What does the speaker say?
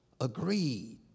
agreed